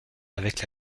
avec